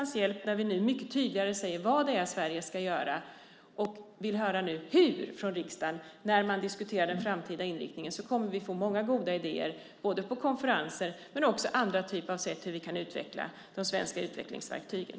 När vi nu mycket tydligare säger vad Sverige ska göra och från riksdagen vill höra hur, är jag övertygad om att vi, när man diskuterar den framtida inriktningen, kommer att få många goda idéer om konferenser och andra sätt att utveckla de svenska utvecklingsverktygen.